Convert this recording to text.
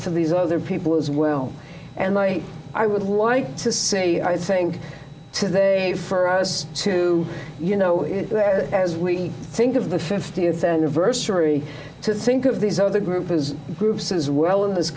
struggle for these other people as well and i i would like to i think today for us to you know as we think of the fiftieth anniversary to think of these other group as groups as well in this